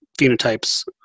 phenotypes